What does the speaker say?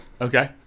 Okay